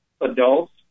adults